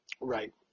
right